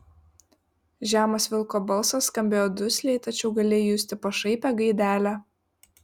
žemas vilko balsas skambėjo dusliai tačiau galėjai justi pašaipią gaidelę